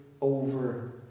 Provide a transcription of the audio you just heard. over